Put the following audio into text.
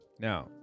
Now